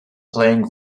playing